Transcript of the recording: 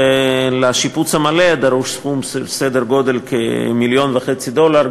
ולשיפוץ המלא דרוש סכום של כ-1.5 מיליון דולר,